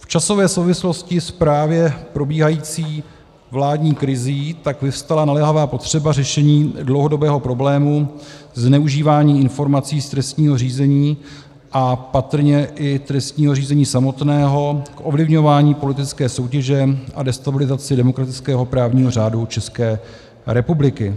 V časové souvislosti s právě probíhající vládní krizí tak vyvstala naléhavá potřeba řešení dlouhodobého problému zneužívání informací z trestního řízení a patrně i trestního řízení samotného, ovlivňování politické soutěže a destabilizace demokratického právního řádu České republiky.